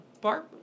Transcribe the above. Barb